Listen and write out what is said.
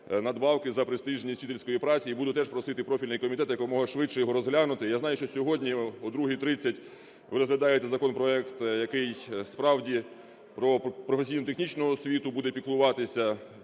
надбавки за престижність вчительської праці, і буду теж просити профільний комітет якомога швидше його розглянути. Я знаю, що сьогодні у 14:30 ви розглядаєте законопроект, який справді про професійно-технічну освіту буде піклуватися.